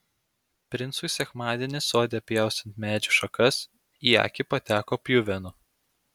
princui sekmadienį sode pjaustant medžių šakas į akį pateko pjuvenų